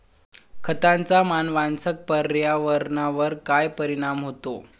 खतांचा मानवांसह पर्यावरणावर काय परिणाम होतो?